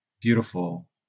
beautiful